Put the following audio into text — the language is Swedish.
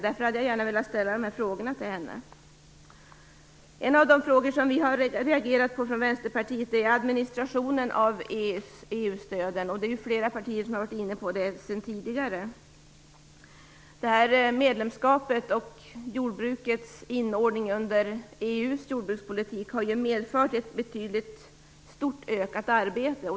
Därför hade jag gärna velat ställa dessa frågor till henne. En sak som vi i Vänsterpartiet har reagerat på är administrationen av EU-stöden. Flera partier har varit inne på det tidigare. Medlemskapet och jordbrukets inordning under EU:s jordbrukspolitik har ju medfört ett betydligt ökat arbete.